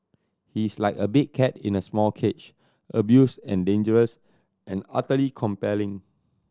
he's like a big cat in a small cage abused and dangerous and utterly compelling